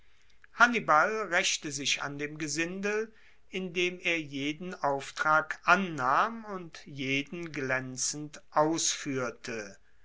hannibal raechte sich an dem gesindel indem er jeden auftrag annahm und jeden glaenzend ausfuehrte